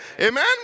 Amen